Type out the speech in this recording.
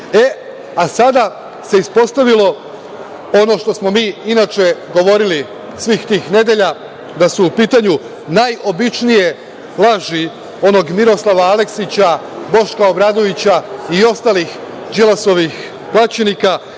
a sada se ispostavilo ono što smo mi inače govorili svih tih nedelja, da su u pitanju najobičnije laži onog Miroslava Aleksića, Boška Obradovića i ostalih Đilasovih plaćenika